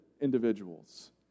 individuals